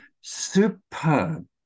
superb